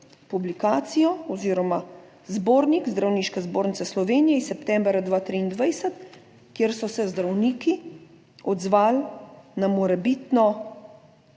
publikacijo oziroma zbornik Zdravniške zbornice Slovenije iz septembra 2023, kjer so se zdravniki odzvali na morebitno